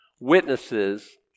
Witnesses